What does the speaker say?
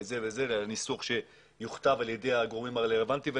ניסוח שיוכתב על ידי הגורמים הרלוונטיים .